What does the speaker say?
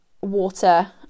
water